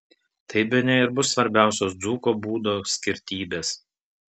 tai bene ir bus svarbiausios dzūko būdo skirtybės